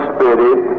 Spirit